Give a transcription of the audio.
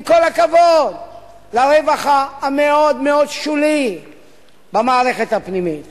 עם כל הכבוד לרווח המאוד-מאוד שולי במערכת הפנימית.